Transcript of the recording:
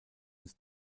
ins